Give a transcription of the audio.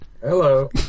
Hello